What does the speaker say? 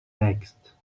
next